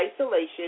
isolation